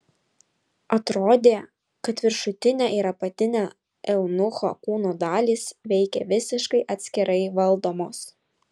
atrodė kad viršutinė ir apatinė eunucho kūno dalys veikė visiškai atskirai valdomos